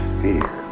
fear